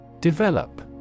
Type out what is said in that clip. Develop